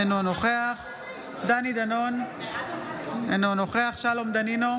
אינו נוכח דני דנון, אינו נוכח שלום דנינו,